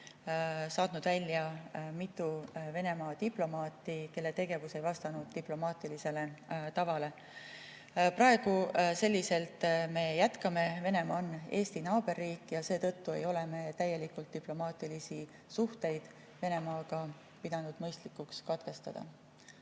saatnud välja mitu Venemaa diplomaati, kelle tegevus ei vastanud diplomaatilisele tavale. Praegu me selliselt jätkame. Venemaa on Eesti naaberriik ja seetõttu ei ole me pidanud mõistlikuks diplomaatilisi suhteid Venemaaga täielikult katkestada.